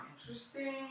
interesting